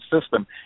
system